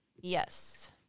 Yes